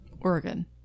Oregon